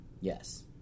Yes